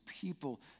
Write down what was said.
people